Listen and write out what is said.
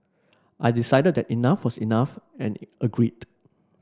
I decided that enough was enough and agreed